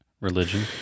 religion